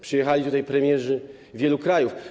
Przyjechali tutaj premierzy wielu krajów.